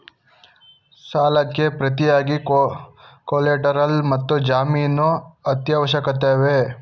ಸಾಲಕ್ಕೆ ಪ್ರತಿಯಾಗಿ ಕೊಲ್ಯಾಟರಲ್ ಮತ್ತು ಜಾಮೀನು ಅತ್ಯವಶ್ಯಕವೇ?